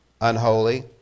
Unholy